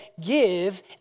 give